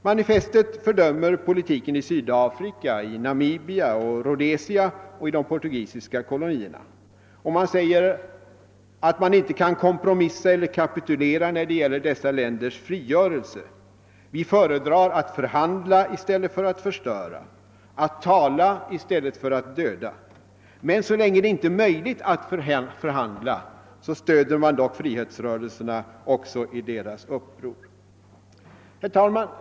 Manifestet fördömer politiken i Sydafrika, Namibia, Rhodesia och de portugisiska kolonierna: Vi kan inte kompromissa eller kapitulera när det gäller: dessa länders frigörelse. Vi föredrar att förhandla i stället för att förstöra — att tala i stället för att döda. Så länge det inte är möjligt att förhandla stöder vi dock frihetsrörelserna också i deras: uppror.